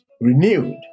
renewed